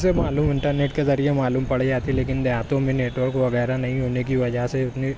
سے معلوم انٹرنیٹ کے ذریعے معلوم پڑ جاتی ہے لیکن دیہاتوں میں نیٹورک وغیرہ نہیں ہونے کی وجہ سے اتنی